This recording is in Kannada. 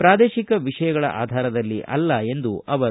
ಪ್ರಾದೇಶಿಕ ವಿಷಯಗಳ ಆಧಾರದಲ್ಲಿ ಅಲ್ಲ ಎಂದರು